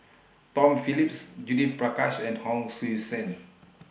Tom Phillips Judith Prakash and Hon Sui Sen